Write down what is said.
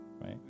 right